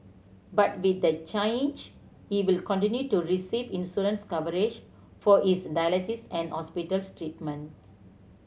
but with the change he will continue to receive insurance coverage for his dialysis and hospital treatments